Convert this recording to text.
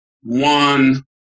One